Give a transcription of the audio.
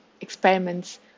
experiments